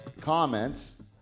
comments